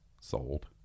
sold